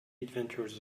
adventures